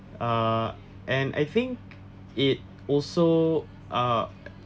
uh and I think it also ugh